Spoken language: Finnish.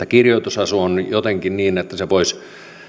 kirjoitusasu on jotenkin niin että se voisi